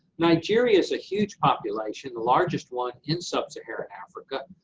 nigeria is a huge population, the largest one in sub-saharan africa,